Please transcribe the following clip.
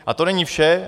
A to není vše.